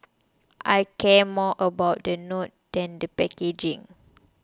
I care more about the note than the packaging